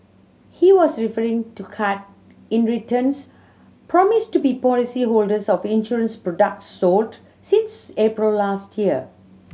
he was referring to cut in returns promised to be policy holders of insurance products sold since April last year